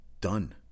Done